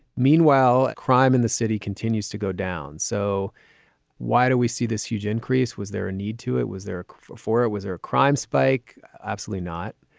meanwhile, crime in the city continues to go down. so why do we see this huge increase? was there a need to it was there before it was a crime spike? absolutely not.